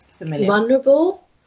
vulnerable